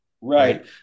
Right